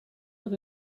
dans